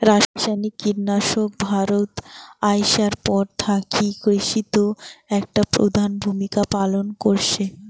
রাসায়নিক কীটনাশক ভারতত আইসার পর থাকি কৃষিত একটা প্রধান ভূমিকা পালন করসে